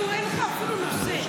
אין לך אפילו נושא.